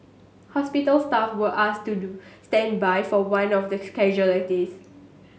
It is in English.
hospital staff were asked to do standby for one of the casualties